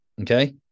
Okay